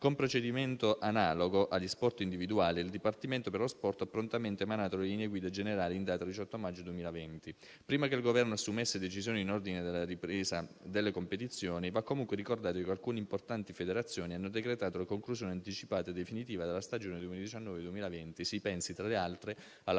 Con procedimento analogo agli sport individuali, il Dipartimento dello sport ha prontamente emanato le linee guida generali, in data 18 maggio 2020. Prima che il Governo assumesse decisioni in ordine alla ripresa delle competizioni, va comunque ricordato che alcune importanti federazioni hanno decretato la conclusione anticipata definitiva della stagione 2019-2020. Si pensi, tra le altre, alla